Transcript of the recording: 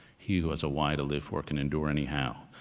he who has a why to live for can endure any how.